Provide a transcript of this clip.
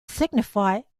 signify